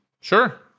Sure